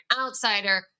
outsider